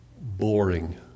boring